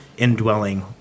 indwelling